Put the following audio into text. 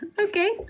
Okay